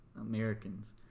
americans